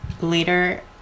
later